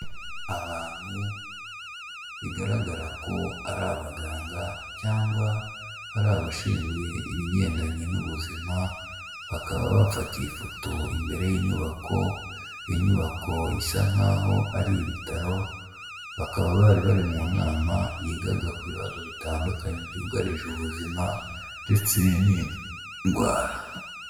Abantu bigaragara ko ari abaganga cyangwa ari abashinzwe ibigendanye n'ubuzima, bakaba bafatiye ifoto imbere y'inyubako, iyo nyubako isa nk'aho ari ibitaro, bakaba bari bari mu nama yigaga ku bibazo bitandukanye byugarije ubuzima ndetse n'indwara.